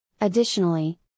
Additionally